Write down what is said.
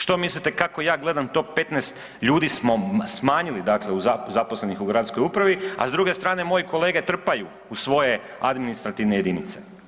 Što mislite kako ja gledam to 15 ljudi smo, smanjili dakle zaposlenih u gradskoj upravi, a s druge strane moji kolege trpaju u svoje administrativne jedinice.